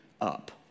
up